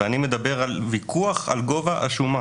ואני מדבר על ויכוח על גובה השומה.